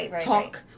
talk